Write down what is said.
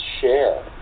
share